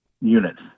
units